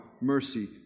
mercy